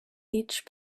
each